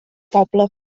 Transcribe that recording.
poble